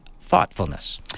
thoughtfulness